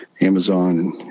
Amazon